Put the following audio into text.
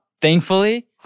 Thankfully